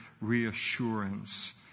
reassurance